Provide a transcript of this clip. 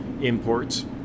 imports